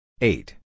Eight